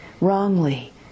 wrongly